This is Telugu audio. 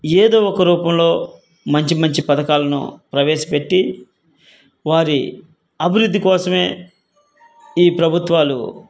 ఏదో ఒక రూపంలో మంచి మంచి పథకాలను ప్రవేశపెట్టి వారి అభివృద్ధి కోసమే ఈ ప్రభుత్వాలు